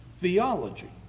theology